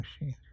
machine